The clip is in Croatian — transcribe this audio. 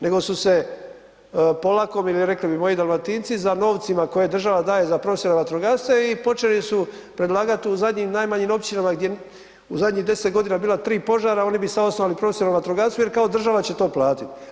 Nego su se polakomili i rekli bi moji Dalmatinci za novcima koje država daje za profesionalnog vatrogasca i počeli su predlagati u zadnjim najmanjim općinama gdje u zadnjih 10 godina bila 3 požara oni bi sad osnovali profesionalno vatrogastvo jer kao država će to platiti.